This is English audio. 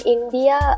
India